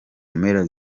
mpera